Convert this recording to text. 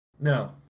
No